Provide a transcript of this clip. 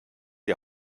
die